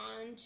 on